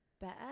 better